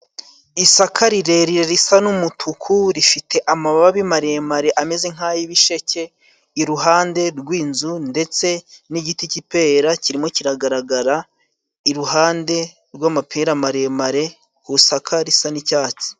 Isaka rirerire risa n'umutuku, rifite amababi maremare ameze nk'ay'ibisheke iruhande rw'inzu. Ndetse n'igiti cy'ipera kirimo kiragaragara, iruhande rw'amapera maremare ku saka risa n'icyatsi.